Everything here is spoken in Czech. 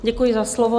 Děkuji za slovo.